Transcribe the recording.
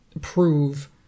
prove